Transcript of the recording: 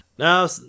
Now